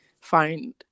find